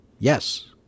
Yes